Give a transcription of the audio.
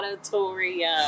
Auditorium